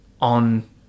on